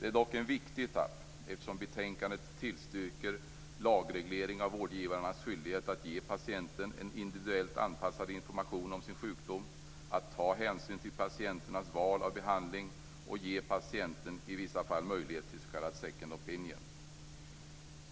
Det är dock en viktig etapp eftersom i betänkandet tillstyrks lagreglering av vårdgivarens skyldighet att ge patienten individuellt anpassad information om sjukdomen, att ta hänsyn till patientens val av behandling och ge patienten i vissa fall möjlighet till s.k. second opinion.